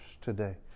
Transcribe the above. today